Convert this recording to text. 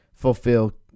Fulfill